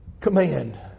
command